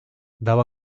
daba